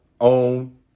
own